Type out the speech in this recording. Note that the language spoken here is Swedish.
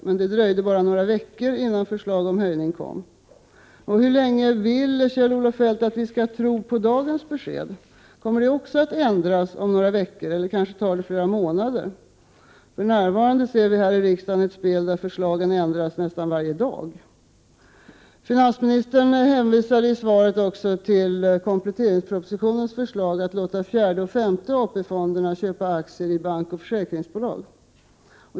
Men det dröjde bara några veckor innan förslag om höjning kom. Hur länge vill Kjell-Olof Feldt att vi skall tro på dagens besked? Kommer det också att ändras om några veckor, eller tar det flera månader? För närvarande råder det här i riksdagen ett spel där förslagen ändras nästan varje dag. Finansministern hänvisar i svaret till kompletteringspropositionens förslag att låta 4:e och 5:e AP-fonderna köpa aktier i banker och försäkringsbolag.